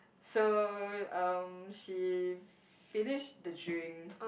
so um she finish the drink